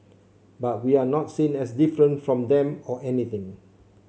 but we're not seen as different from them or anything